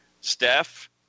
Steph